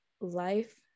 life